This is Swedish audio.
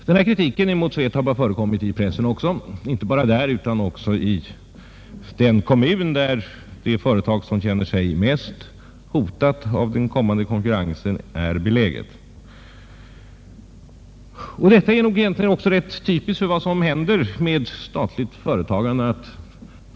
Denna kritik mot SVETAB har förekommit också i pressen och även i den kommun där det företag som känner sig mest hotat av den kommande konkurrensen är beläget. Detta är egentligen rätt typiskt för vad som händer med statligt företagande.